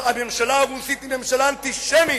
הממשלה הרוסית היא ממשלה אנטישמית,